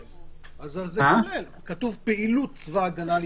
לכן כתוב "פעילות צבא ההגנה לישראל".